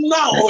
Now